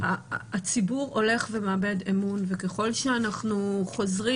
שהציבור הולך ומאבד אמון וככל שאנחנו חוזרים